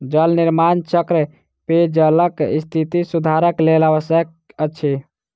जल निर्माण चक्र पेयजलक स्थिति सुधारक लेल आवश्यक अछि